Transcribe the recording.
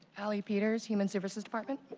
ali peters, human services department.